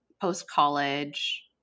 post-college –